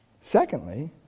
Secondly